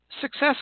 success